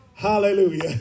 Hallelujah